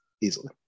easily